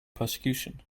persecution